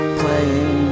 playing